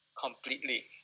completely